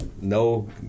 no